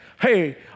Hey